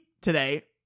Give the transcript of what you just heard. today